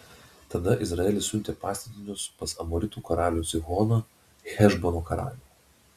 tada izraelis siuntė pasiuntinius pas amoritų karalių sihoną hešbono karalių